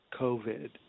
COVID